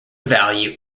value